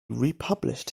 republished